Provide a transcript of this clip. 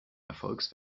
erfolgs